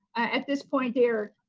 at this point, they're